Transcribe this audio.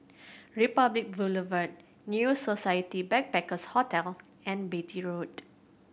Republic Boulevard New Society Backpackers' Hotel and Beatty Road